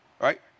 right